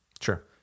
Sure